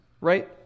right